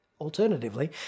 Alternatively